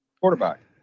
Quarterback